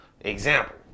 example